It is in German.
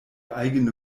eigene